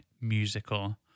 musical